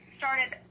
started